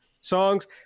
songs